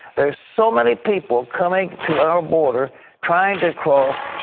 there are so many people coming to our border trying to cross,